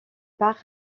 part